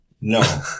No